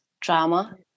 drama